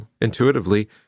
intuitively